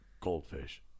Goldfish